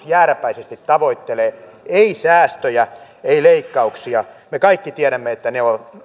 jääräpäisesti tavoittelee ei säästöjä ei leikkauksia me kaikki tiedämme että ne